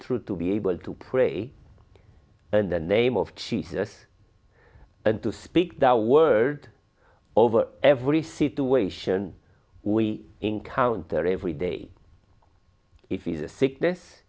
through to be able to pray in the name of jesus and to speak the word over every situation we encounter every day if it is a sickness